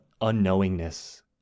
unknowingness